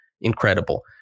Incredible